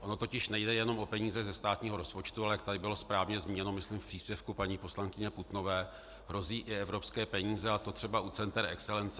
Ono totiž nejde jenom o peníze ze státního rozpočtu, ale jak tady bylo správně zmíněno, myslím, v příspěvku paní poslankyně Putnové, hrozí i evropské peníze, a to třeba u center excelence.